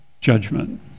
Judgment